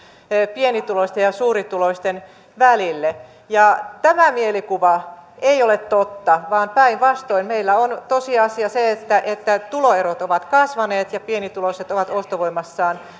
pienituloisten ja suurituloisten välille tämä mielikuva ei ole totta vaan päinvastoin meillä on tosiasia se että että tuloerot ovat kasvaneet ja pienituloiset ovat ostovoimassaan